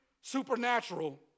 supernatural